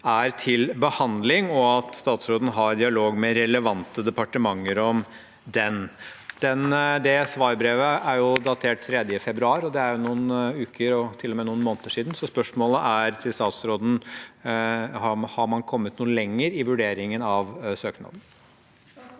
er til behandling, og at statsråden har dialog med relevante departementer om den. Det svarbrevet er datert 3. februar. Det er noen uker og til og med noen måneder siden, så spørsmålet til statsråden er: Har man kommet noe lenger i vurderingen av søknaden?